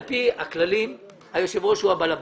על פי הכללים היושב ראש הוא בעל הבית.